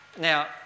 Now